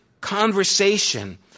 conversation